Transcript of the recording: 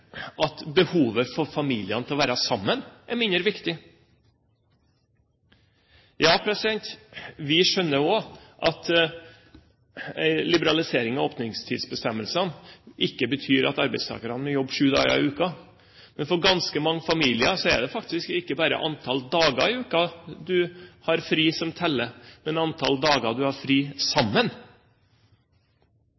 at behovet til familiene for å være sammen er mindre viktig? Vi skjønner også at en liberalisering av åpningstidsbestemmelsene ikke betyr at arbeidstakerne må jobbe sju dager i uken. Men for ganske mange familier er det faktisk ikke bare antall dager i uken man har fri, som teller, men antall dager man har fri